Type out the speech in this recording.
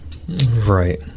Right